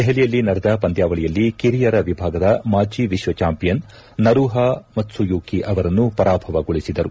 ದೆಹಲಿಯಲ್ಲಿ ನಡೆದ ಪಂದ್ಯಾವಳಿಯಲ್ಲಿ ಕಿರಿಯರ ವಿಭಾಗದ ಮಾಜಿ ವಿಶ್ವ ಚಾಂಪಿಯನ್ ನರೂಹಾ ಮತ್ತುಯೂಕಿ ಅವರನ್ನು ಪರಾಭವಗೊಳಿಸಿದರು